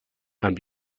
and